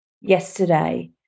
yesterday